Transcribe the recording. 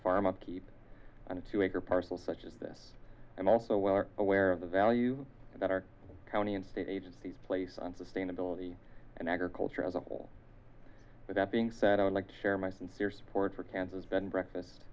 farm upkeep on a two acre parcel such as this i'm also well aware of the value that our county and state agencies place on sustainability and agriculture as a whole but that being said i would like to share my sincere support for kansas bed and breakfast